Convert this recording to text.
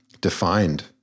defined